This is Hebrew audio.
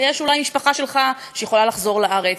ויש אולי משפחה שלך שיכולה לחזור לארץ,